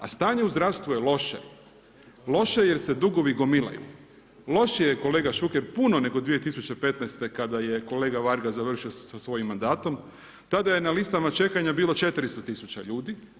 A stanje u zdravstvu je loše, loše jer se dugovi gomilaju, loše jer je kolega Šuker puno nego 2015. kada je kolega Varga završio s svojim mandatom, tada je na listama čekanja bilo 400000 ljudi.